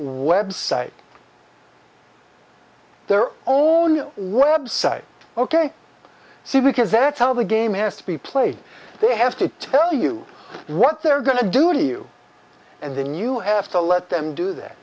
website their own web site ok see because that's how the game has to be played they have to tell you what they're going to do to you and then you have to let them do th